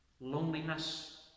loneliness